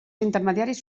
intermediaris